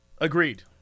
Agreed